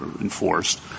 enforced